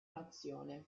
nazione